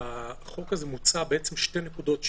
בחוק הזה מוצעות שתי נקודות: